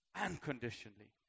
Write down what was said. unconditionally